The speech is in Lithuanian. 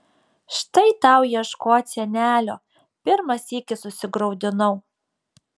štai tau ieškot senelio pirmą sykį susigraudinau